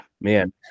Man